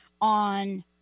on